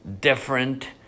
different